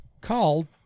called